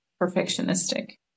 perfectionistic